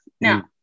Now